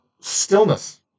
stillness